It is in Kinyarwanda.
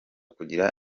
kugira